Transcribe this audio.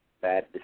bad